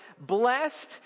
Blessed